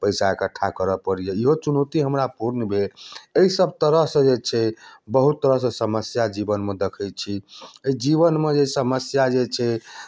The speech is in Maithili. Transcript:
पैसा इकठ्ठा करय पड़ैए इहो चुनौती हमरा पूर्ण भेल एहिसभ तरहसँ जे छै बहुत तरहसँ समस्या जीवनमे देखै छी एहि जीवनमे जे समस्या जे छै